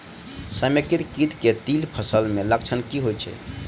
समेकित कीट केँ तिल फसल मे लक्षण की होइ छै?